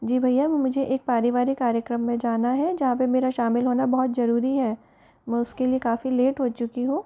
जी भैया मुझे एक पारिवारिक कार्यक्रम में जाना है जहाँ पे मेरा शामिल होना बहुत जरूरी है मैं उसके लिए काफ़ी लेट हो चुकी हूँ